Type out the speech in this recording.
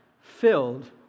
filled